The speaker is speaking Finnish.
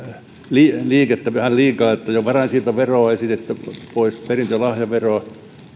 liikettä vähän liikaa jo varainsiirtoveroa on esitetty pois perintö ja lahjaveroa